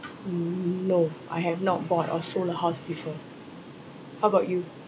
n~ no I have not bought or sold a house before how about you